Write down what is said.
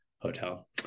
Hotel